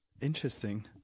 Interesting